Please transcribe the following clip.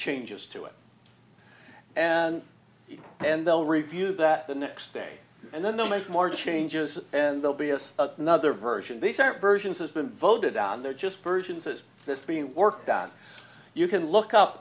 changes to it and and they'll review that the next day and then they'll make more changes and they'll be another version these aren't versions has been voted on they're just versions is this being worked on you can look up